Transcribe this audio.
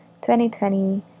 2020